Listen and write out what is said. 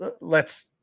lets